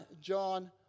John